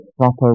proper